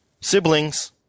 siblings